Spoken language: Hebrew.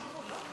מה?